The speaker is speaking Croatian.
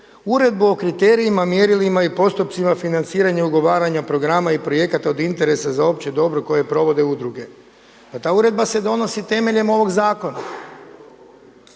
uredbu o kriterijima, mjerilima i postupcima financiranja i ugovaranja programa i projekata od interesa za opće dobro koje provode uredbe. Pa ta uredba se donosi temeljem ovog zakona.